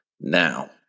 Now